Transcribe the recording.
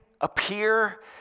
appear